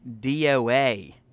DOA